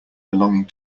belonging